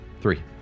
Three